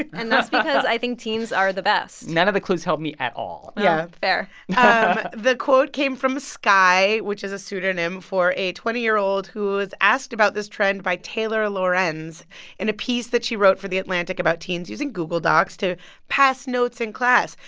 and that's because i think teens are the best none of the clues helped me at all yeah fair the quote came from skye, which is a pseudonym for a twenty year old who was asked about this trend by taylor lorenz in a piece that she wrote for the atlantic about teens using google docs to pass notes in class.